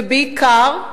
ובעיקר,